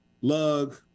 Lug